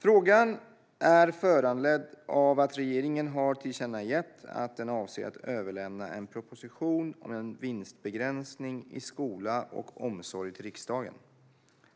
Frågan är föranledd av att regeringen har tillkännagett att den avser att överlämna en proposition om en vinstbegränsning i skola och omsorg till riksdagen.